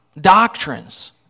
doctrines